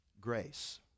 grace